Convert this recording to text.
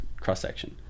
cross-section